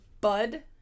bud